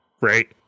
right